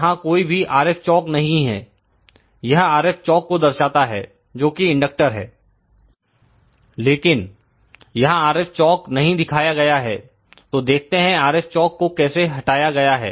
यहां कोई भी RF चौक नहीं है यहRF चौक को दर्शाता है जो कि इंडक्टर है लेकिन यहां RF चौक नहीं दिखाया गया है तो देखते हैं RF चौक को कैसे हटाया गया है